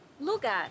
Lugar